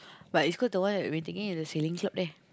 but East-Coast the one we taking is the sailing club there